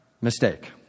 Mistake